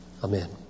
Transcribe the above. Amen